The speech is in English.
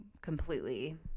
completely